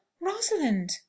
rosalind